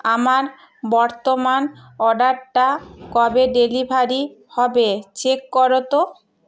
আমার বর্তমান অর্ডারটা কবে ডেলিভারি হবে চেক করো তো